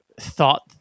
thought